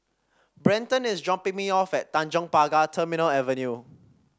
Brenton is dropping me off at Tanjong Pagar Terminal Avenue